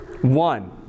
One